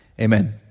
Amen